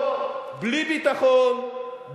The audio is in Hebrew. בלי ביטחון,